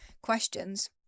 questions